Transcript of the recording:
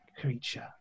creature